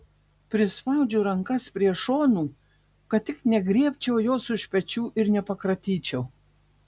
prispaudžiu rankas prie šonų kad tik negriebčiau jos už pečių ir nepakratyčiau